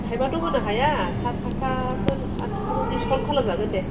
थाइबाथ' होनो हाया साथ थाखाफोर आथ थाखाफोर डिसकाउन्ट खालामजागोन दे